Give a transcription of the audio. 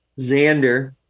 Xander